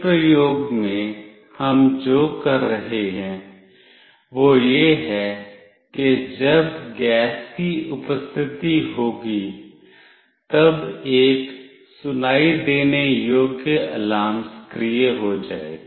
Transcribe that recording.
इस प्रयोग में हम जो कर रहे हैं वह यह है कि जब गैस की उपस्थिति होगी तब एक सुनाई देने योग्य अलार्म सक्रिय हो जाएगा